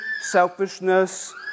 selfishness